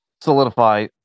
solidify